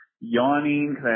yawning